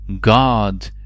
God